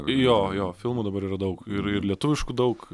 jo jo filmų dabar yra daug ir ir lietuviškų daug